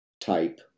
type